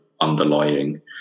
underlying